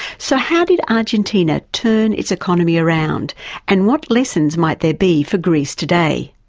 so how did argentina turn its economy around and what lessons might there be for greece today?